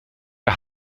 der